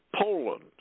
Poland